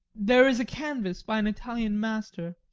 there is a canvas by an italian master,